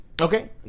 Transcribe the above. Okay